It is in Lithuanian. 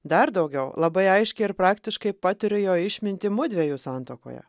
dar daugiau labai aiškiai ir praktiškai patiriu jo išmintį mudviejų santuokoje